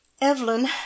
Evelyn